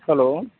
hello